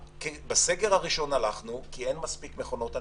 בסגר הראשון הלכנו כי אין מספיק מכונות הנשמה.